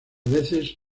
veces